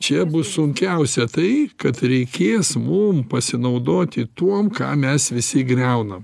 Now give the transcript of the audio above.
čia bus sunkiausia tai kad reikės mum pasinaudoti tuom ką mes visi griaunam